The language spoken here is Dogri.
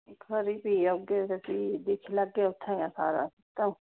खरी फ्ही औगे ते फ्ही दिक्खी लैगे उत्थै गै सारा